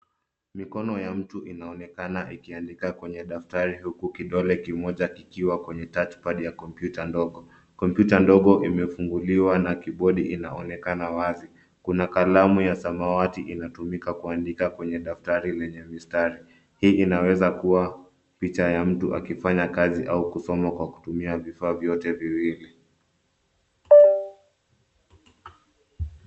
Mikono ya mtu inaonekana ikiandika kwenye daftari huku kidole kimoja kikiwa kwenye touch pad ya kompyuta ndogo. Kompyuta ndogo imefunguliwa na kibodi inaonekana wazi. Kuna kalamu ya samawati inatumika kuandika kwenye daftari lenye mistari. Hii inaweza kuwa picha ya mtu akifanya kazi au kusoma kwa kutumia vifaa vyote viwili.